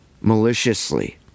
maliciously